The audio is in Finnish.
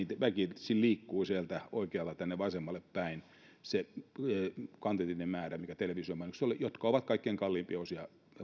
väkisin liikkuu sieltä oikealta tänne vasemmalle päin se kvantitatiivinen määrä mikä televisiomainoksissa oli jotka ovat kaikkein kalleimpia osia